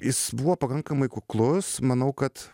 jis buvo pakankamai kuklus manau kad